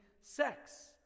sex